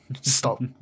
stop